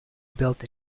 built